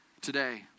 today